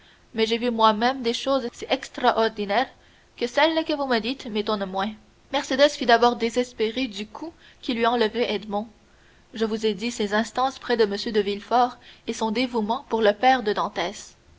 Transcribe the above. mais j'ai vu moi-même des choses si extraordinaires que celles que vous me dites m'étonnent moins mercédès fut d'abord désespérée du coup qui lui enlevait edmond je vous ai dit ses instances près de m de villefort et son dévouement pour le père de dantès